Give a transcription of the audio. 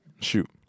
shoot